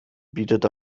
bietet